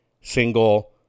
single